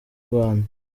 rwanda